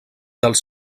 dels